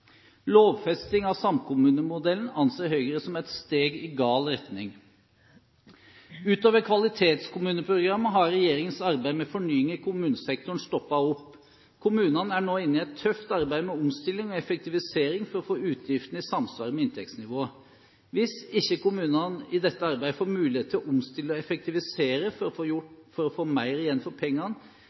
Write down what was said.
Lovfesting av samkommunemodellen anser Høyre som et steg i gal retning. Utover Kvalitetskommuneprogrammet har regjeringens arbeid med fornying i kommunesektoren stoppet opp. Kommunene er nå inne i et tøft arbeid med omstilling og effektivisering for å få utgiftene i samsvar med inntektsnivået. Hvis ikke kommunene i dette arbeidet får muligheter til å omstille og effektivisere for å få mer igjen for